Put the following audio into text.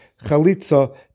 chalitza